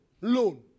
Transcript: loan